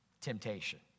temptation